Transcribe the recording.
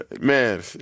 Man